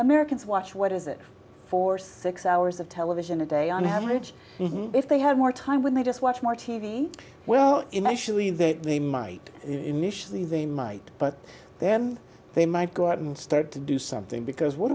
americans watch what is it for six hours of television a day on average if they had more time when they just watch more t v well initially that they might initially they might but then they might go out and start to do something because what